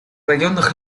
районах